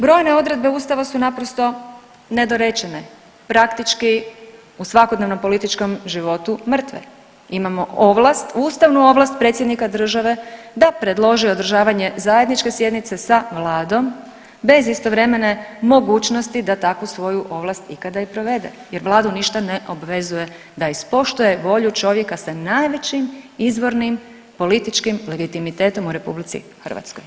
Brojne odredbe Ustava su naprosto nedorečene, praktički u svakodnevnom političkom životu mrtve, imamo ovlast, ustavnu ovlast predsjednika države da predloži održavanje zajedničke sjednice sa vladom bez istovremene mogućnosti da takvu svoju ovlast ikada i provede jer vladu ništa ne obvezuje da ispoštuje volju čovjeka sa najvećim izvornim političkim legitimitetom u RH.